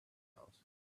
house